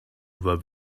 were